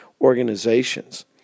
organizations